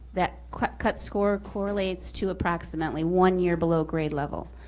that cut cut score correlates to approximately one year below grade level.